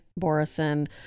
Borison